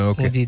Okay